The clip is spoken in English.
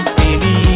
baby